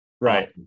right